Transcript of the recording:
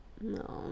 No